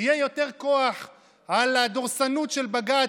יהיה יותר כוח על הדורסנות של בג"ץ,